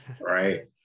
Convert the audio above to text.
right